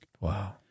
Wow